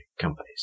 companies